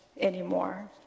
anymore